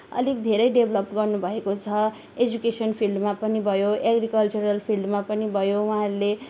अलिक धेरै डेभलोप गर्नुभएको छ एजुकेसन फिल्डमा पनि भयो एग्रिकल्चरल फिल्डमा पनि भयो उहाँले